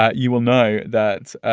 ah you will know that